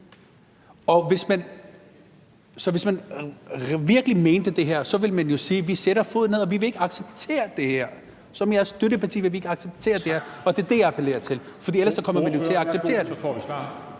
hvis man virkelig mente det her, ville man jo sige: Vi sætter foden ned, vi vil ikke acceptere det her; som jeres støtteparti vil vi ikke acceptere det her. Det er det, jeg appellerer til, for ellers kommer man jo til at acceptere det.